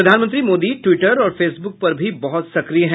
प्रधानमंत्री मोदी ट्विटर और फेसबुक पर भी बहुत सक्रिय हैं